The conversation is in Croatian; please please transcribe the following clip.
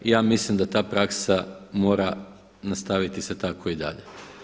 I ja mislim da ta praksa mora nastaviti se tako i dalje.